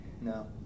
No